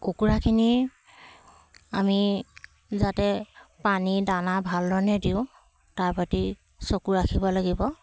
কুকুৰাখিনি আমি যাতে পানী দানা ভাল ধৰণে দিওঁ তাৰ প্ৰতি চকু ৰাখিব লাগিব